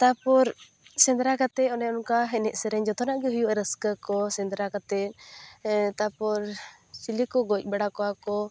ᱛᱟᱯᱚᱨ ᱥᱮᱸᱫᱽᱨᱟ ᱠᱟᱛᱮ ᱚᱱᱮ ᱚᱱᱠᱟ ᱮᱡᱮᱡ ᱥᱮᱨᱮᱧ ᱡᱚᱛᱚᱱᱟᱜ ᱜᱮ ᱦᱩᱭᱩᱜᱼᱟ ᱨᱟᱹᱥᱠᱟᱹ ᱠᱚ ᱥᱮᱸᱫᱽᱨᱟ ᱠᱟᱛᱮ ᱛᱟᱯᱚᱨ ᱪᱤᱞᱤ ᱠᱚ ᱜᱚᱡ ᱵᱟᱲᱟ ᱠᱚᱣᱟ ᱠᱚ